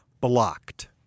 blocked